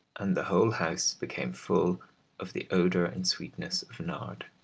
and the whole house became full of the odour and sweetness of nard.